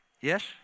Yes